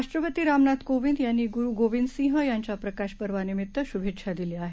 राष्ट्रपति रामनाथ कोविंद यांनी गूरू गोबिन्द सिंह यांच्या प्रकाश पर्वा निमित्त शुभेच्छा दिल्या आहेत